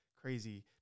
crazy